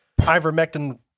Ivermectin